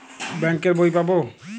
Bank এর বই পাবো?